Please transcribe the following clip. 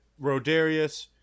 Rodarius